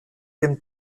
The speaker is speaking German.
dem